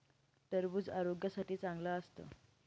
टरबूज आरोग्यासाठी चांगलं असतं